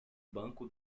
banco